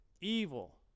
evil